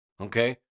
okay